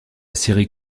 série